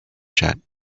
jet